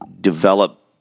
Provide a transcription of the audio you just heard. develop